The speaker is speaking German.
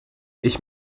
ich